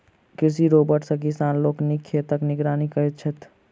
कृषि रोबोट सॅ किसान लोकनि खेतक निगरानी करैत छथि